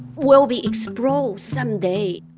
will be explode some day